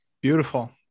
beautiful